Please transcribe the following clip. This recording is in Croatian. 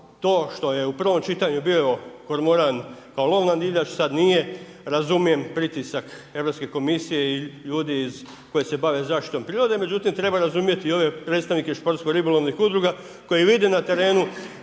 to što je u prvom čitanju bio kormoran pa lov na divljač, sad nije, razumijem pritisak Europske komisije i ljudi koji se bave zaštitom prirode međutim treba razumjeti i ove predstavnike iz Europske komisije i ljude koji se bave